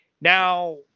Now